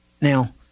Now